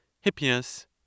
Hippias